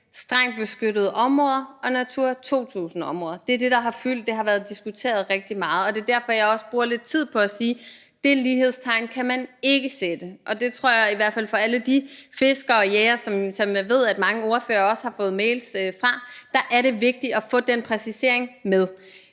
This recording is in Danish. strengt beskyttede områder og Natura 2000-områder. Det er det, der har fyldt, og det har været diskuteret rigtig meget. Det er derfor, jeg også bruger lidt tid på at sige, at det lighedstegn kan man ikke sætte, og jeg tror, at det i hvert fald for alle de fiskere og jægere, som jeg ved mange ordførere også har fået mails fra, er vigtigt at få den præcisering med.